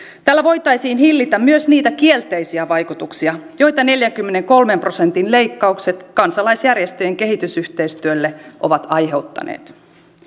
tällä voitaisiin hillitä myös niitä kielteisiä vaikutuksia joita neljänkymmenenkolmen prosentin leikkaukset kansalaisjärjestöjen kehitysyhteistyölle ovat aiheuttaneet